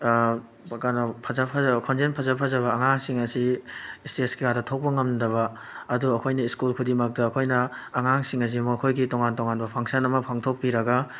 ꯀꯩꯅꯣ ꯐꯖ ꯐꯖꯕ ꯈꯣꯟꯖꯦꯜ ꯐꯖ ꯐꯖꯕ ꯑꯉꯥꯡꯁꯤꯡ ꯑꯁꯤ ꯏꯁꯇꯦꯖ ꯀꯩꯀꯥꯗ ꯊꯣꯛꯄ ꯉꯝꯗꯕ ꯑꯗꯨ ꯑꯩꯈꯣꯏꯅ ꯁ꯭ꯀꯨꯜ ꯈꯨꯗꯤꯡꯃꯛꯇ ꯑꯩꯈꯣꯏꯅ ꯑꯉꯥꯡꯁꯤꯡ ꯑꯁꯦ ꯃꯈꯣꯏꯒꯤ ꯇꯣꯉꯥꯟ ꯇꯣꯡꯉꯥꯟꯕ ꯐꯪꯁꯟ ꯑꯃ ꯄꯥꯡꯊꯣꯛꯄꯤꯔꯒ